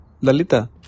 Lalita